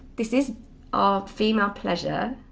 this is our female pleasure,